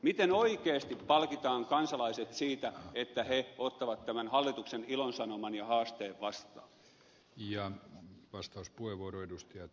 miten oikeasti palkitaan kansalaiset siitä että he ottavat tämän hallituksen ilosanoman ja haasteen vastaan